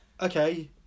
Okay